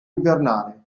invernale